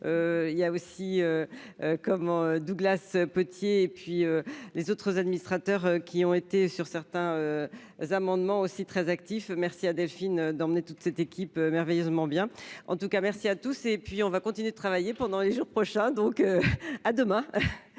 il y a aussi comment Douglas petit et puis les autres administrateurs qui ont été sur certains amendements, aussi très actif, merci à Delphine d'emmener toute cette équipe merveilleusement bien, en tout cas merci à tous et puis on va continuer de travailler pendant les jours prochains, donc. à demain,